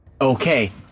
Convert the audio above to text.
Okay